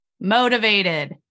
motivated